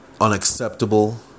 unacceptable